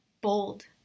bold